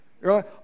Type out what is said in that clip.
right